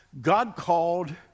God-called